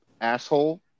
asshole